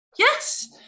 Yes